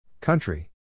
Country